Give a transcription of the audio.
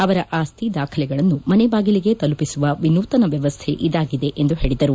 ಅವರ ಆಸ್ತಿ ದಾಖಲೆಗಳನ್ನು ಮನೆ ಬಾಗಿಲಿಗೇ ತಲುಪಿಸುವ ವಿನೂತನ ವ್ಯವಸ್ನೆ ಇದಾಗಿದೆ ಎಂದು ಹೇಳಿದರು